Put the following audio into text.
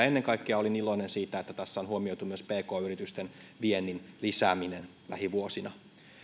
ennen kaikkea olen iloinen siitä että tässä on huomioitu myös pk yritysten viennin lisääminen lähivuosina